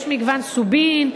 יש מגוון: יש סובין,